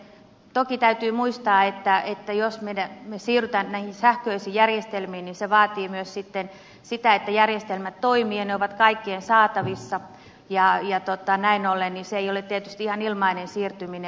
toki täytyy muistaa että jos me siirrymme näihin sähköisiin järjestelmiin niin se vaatii sitten myös sitä että järjestelmät toimivat ja ne ovat kaikkien saatavissa ja näin ollen se ei ole tietysti ihan ilmainen siirtyminen